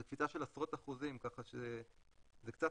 זו קפיצה של עשרות אחוזים כך שזה קצת